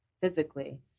physically